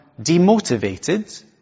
demotivated